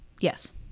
yes